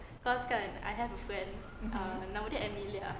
mmhmm